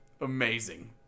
Amazing